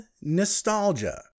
Nostalgia